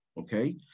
okay